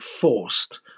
forced